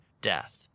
death